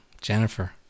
Jennifer